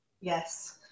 Yes